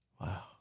Wow